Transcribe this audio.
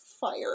fire